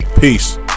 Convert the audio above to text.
peace